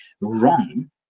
wrong